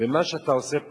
ומה שאתה עושה פה,